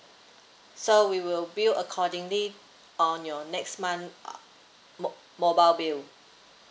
so we will bill accordingly on your next month err mo~ mobile bill